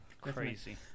crazy